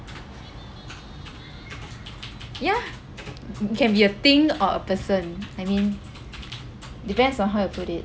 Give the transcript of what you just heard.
ya it can be a thing or a person I mean depends on how you put it